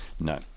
No